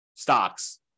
stocks